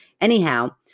anyhow